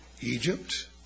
Egypt